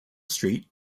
street